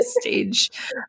stage